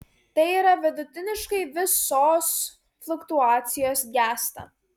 tai yra vidutiniškai visos fluktuacijos gęsta